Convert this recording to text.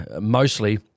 mostly